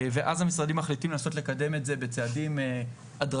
ואז המשרדים מחליטים לנסות לקדם את זה בצעדים הדרגתיים,